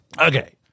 Okay